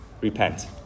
repent